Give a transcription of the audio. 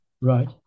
Right